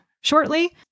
shortly